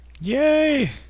Yay